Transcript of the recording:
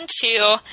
two